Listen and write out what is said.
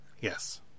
yes